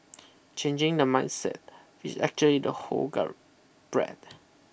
changing the mindset which actually the hall guard bred